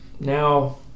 now